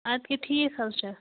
اَدٕ کیٛاہ ٹھیٖک حظ چھُ